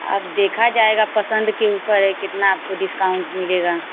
अब देखा जाएगा पसंद के ऊपर है कितना आपको डिस्काउंट मिलेगा